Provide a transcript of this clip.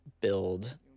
build